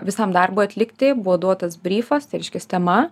visam darbui atlikti buvo duotas bryfas tai reiškias tema